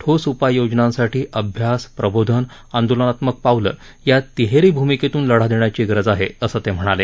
ठोस उपाययोजनांसाठी अभ्यास प्रबोधन आंदोलनात्मक पावलं या तिहेरी भूमिकेतून लढा देण्याची गरज आहे असं ते म्हणाले